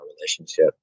relationship